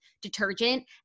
detergent